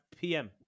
PM